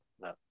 No